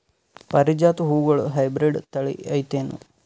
ಪಾರಿಜಾತ ಹೂವುಗಳ ಹೈಬ್ರಿಡ್ ಥಳಿ ಐತೇನು?